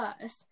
first